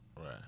Right